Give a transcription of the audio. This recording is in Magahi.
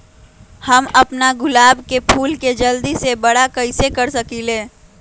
हम अपना गुलाब के फूल के जल्दी से बारा कईसे कर सकिंले?